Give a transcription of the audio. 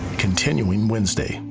continuing wednesday,